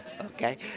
Okay